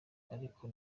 ariko